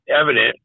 evident